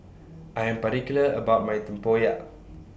I Am particular about My Tempoyak